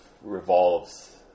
revolves